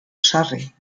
sarri